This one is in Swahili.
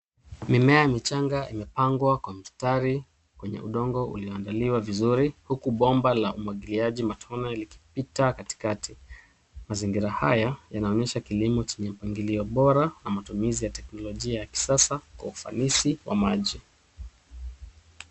Mimea michanga imepangwa kwa mstari kwenye udongo ulioandaliwa vizuri huku bomba la umwagiliaji matone likipita katikati. Mazingira haya yanaonyesha kilimo chenye mpangilio bora na matumizi ya teknolojia ya kisasa kwa ufanisi wa m.aji